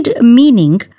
meaning